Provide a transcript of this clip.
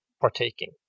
partaking